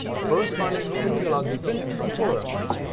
forest honey will be ah different from floral honey.